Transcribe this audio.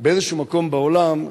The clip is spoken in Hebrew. באיזשהו מקום בעולם,